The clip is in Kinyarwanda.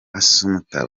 assumpta